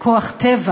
עניין של כוח טבע,